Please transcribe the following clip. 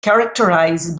characterized